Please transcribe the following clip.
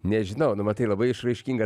nežinau nu matai labai išraiškingą